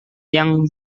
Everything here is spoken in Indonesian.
yang